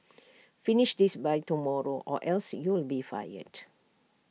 finish this by tomorrow or else you'll be fired